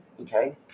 okay